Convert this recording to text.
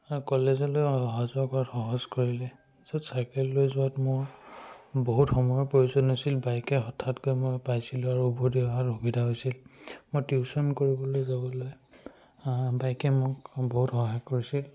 কলেজলৈ অহা যোৱা কৰাত সহজ কৰিলে য'ত চাইকেল লৈ যোৱাত মোৰ বহুত সময়ৰ প্ৰয়োজন হৈছিল বাইকে হঠাৎ গৈ মই পাইছিলোঁ আৰু উভতি অহাৰ সুবিধা হৈছিল মই টিউশ্যন কৰিবলৈ যাবলৈ বাইকে মোক বহুত সহায় কৰিছিল